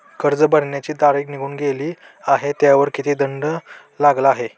कर्ज भरण्याची तारीख निघून गेली आहे त्यावर किती दंड लागला आहे?